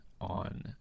on